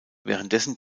währenddessen